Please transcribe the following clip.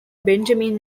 benjamin